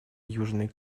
южной